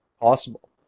possible